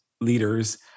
Leaders